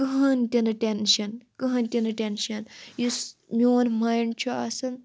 کٕہٕنۍ تِنہٕ ٹیٚنشَن کٕہٕنۍ تِنہٕ ٹیٚنشَن یُس میون مایِنٛڈ چھ آسان